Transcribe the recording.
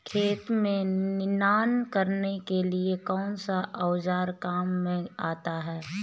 खेत में निनाण करने के लिए कौनसा औज़ार काम में आता है?